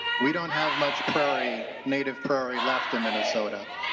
we don't have much prairie native prairie left in minnesota.